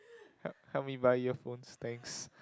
help help me buy earphones thanks